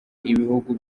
ibihugu